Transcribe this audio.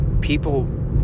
people